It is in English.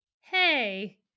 hey